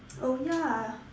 oh ya